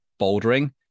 bouldering